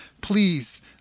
please